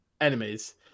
enemies